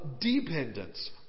dependence